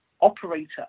operator